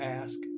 ask